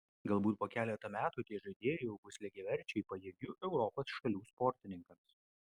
galbūt po keleto metų tie žaidėjai jau bus lygiaverčiai pajėgių europos šalių sportininkams